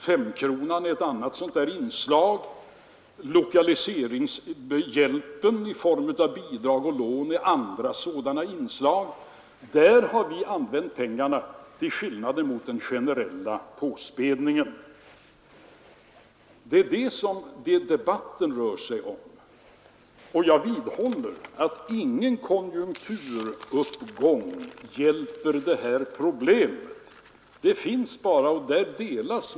Den s.k. femkronan samt lokaliseringshjälpen i form av bidrag och lån är ett par andra inslag i arbetsmarknadspolitiken. Där har vi använt pengarna, till skillnad mot den generella påspädningen. Det är det debatten rör sig om. Och jag vidhåller att ingen konjunkturuppgång löser de problemen.